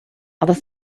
other